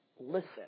listen